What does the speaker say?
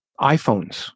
iPhones